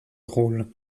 rôle